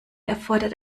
erfordert